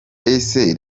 ese